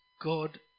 God